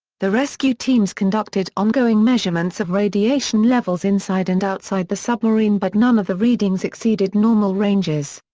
the rescue teams conducted ongoing measurements of radiation levels inside and outside the submarine but none of the readings exceeded normal ranges.